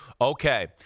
Okay